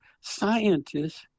scientists